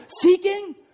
seeking